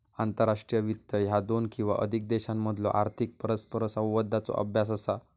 आंतरराष्ट्रीय वित्त ह्या दोन किंवा अधिक देशांमधलो आर्थिक परस्परसंवादाचो अभ्यास असा